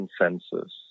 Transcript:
consensus